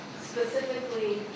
specifically